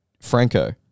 Franco